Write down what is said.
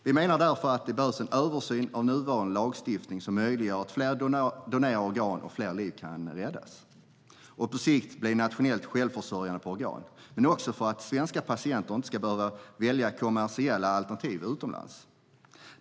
Vi menar därför att det behövs en översyn av nuvarande lagstiftning som möjliggör fler donerade organ och att fler liv kan räddas. På sikt ska Sverige bli nationellt självförsörjande på organ. Det gäller också för att svenska patienter inte ska behöva välja kommersiella alternativ utomlands.